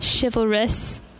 chivalrous